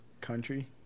Country